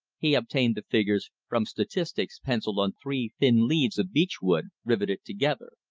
he obtained the figures from statistics pencilled on three thin leaves of beech-wood riveted together.